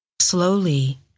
slowly